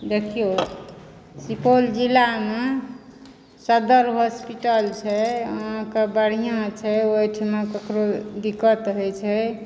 देखियौ सुपौल जिलामे सदर हॉस्पिटल छै अहाँके बढ़िऑं छै ओहिठाम ककरो दिक्कत होइ छै